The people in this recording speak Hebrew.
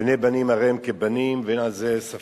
בני בנים הרי הם כבנים, ואין על זה ספק,